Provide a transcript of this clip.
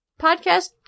Podcast